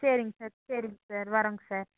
சரிங்க சார் சரிங்க சார் வர்றோம்ங்க சார்